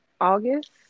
August